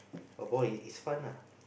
of all it's fun lah